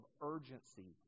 urgency